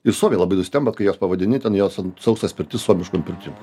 ir suomiai labai nustemba kai jas pavadini ten jas sausas pirtis suomiškom pirtim